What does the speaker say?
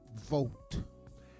vote